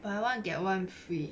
buy one get one free